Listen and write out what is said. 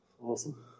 Awesome